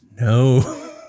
No